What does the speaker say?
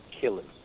killers